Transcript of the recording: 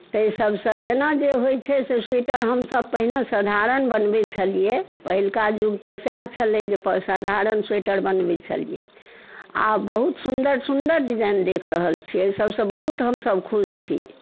ताहि सभसँ जेना जे होइत छै से स्वीटर हमसभ पहिने साधारण बनबै छलियै पहिलुका युग तऽ सएह छलै जे प् साधारण स्वेटर बनबै छलियै आब बहुत सुन्दर सुन्दर डिजाइन देखि रहल छियै ओहिसभसँ बहुत हमसभ खुश छी